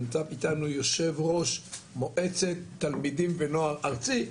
ונמצא איתנו יושב ראש מועצת תלמידים ונוער ארצי,